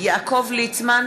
יעקב ליצמן,